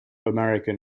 american